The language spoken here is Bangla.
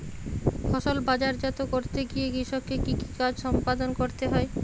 ফসল বাজারজাত করতে গিয়ে কৃষককে কি কি কাজ সম্পাদন করতে হয়?